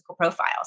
profiles